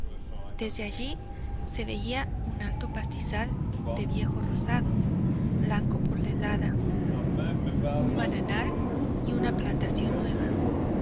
desde allí se veía un alto pastizal de viejo rozado blanco por la helada un bananal y una plantación nueva